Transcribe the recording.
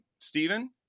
Stephen